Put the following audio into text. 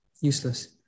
useless